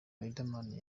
riderman